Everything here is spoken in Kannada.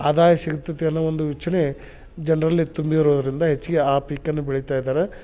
ಆದಾಯ ಸಿಗ್ತೈತೆ ಅನ್ನೊ ಒಂದು ಯೋಚನೆ ಜನರಲ್ಲಿ ತುಂಬಿರೋದರಿಂದ ಹೆಚ್ಚಿಗೆ ಆ ಪೀಕನ್ನ ಬೆಳಿತಾ ಇದಾರೆ